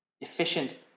efficient